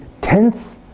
tenth